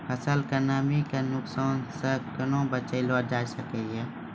फसलक नमी के नुकसान सॅ कुना बचैल जाय सकै ये?